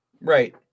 Right